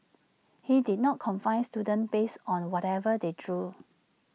he did not confine students based on whatever they drew